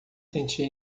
sentir